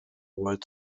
world